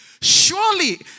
surely